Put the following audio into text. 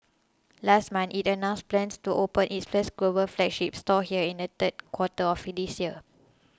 last month it announced plans to open its first global flagship store here in the third quarter of this year